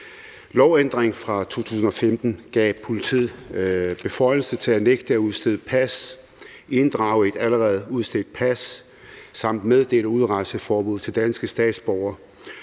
Lovændringen fra 2015 gav politiet beføjelser til at nægte at udstede pas, inddrage et allerede udstedt pas samt meddele udrejseforbud til danske statsborgere.